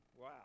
Wow